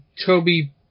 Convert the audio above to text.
Toby